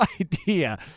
idea